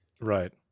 Right